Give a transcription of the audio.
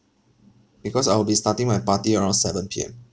because I'll be starting my party around seven P_M